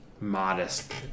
modest